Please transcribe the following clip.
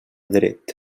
dret